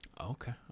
Okay